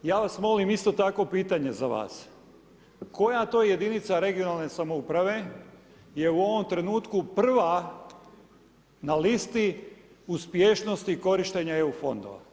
Ja vas molim isto tako pitanje za vas, koja to jedinica regionalne samouprave je u ovom trenutku prva na listi uspješnosti korištenja EU fondova?